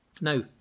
Now